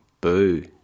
Boo